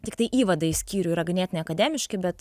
tiktai įvadai į skyrių yra ganėtinai akademiški bet